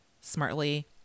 smartly